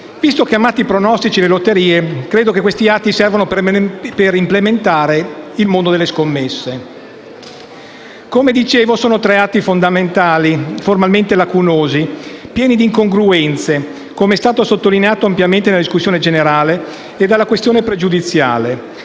Visto che amate i pronostici e le lotterie, credo che questi atti servano per implementare il mondo delle scommesse. Come dicevo, sono tre atti fondamentali, formalmente lacunosi, pieni di incongruenze, come è stato ampiamente sottolineato nella discussione generale e dalla questione pregiudiziale.